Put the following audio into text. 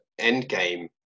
Endgame